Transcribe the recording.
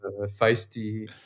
feisty